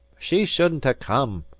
she shouldn't ha' come,